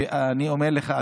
שאני אומר לך,